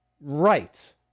right